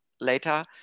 later